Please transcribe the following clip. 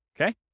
okay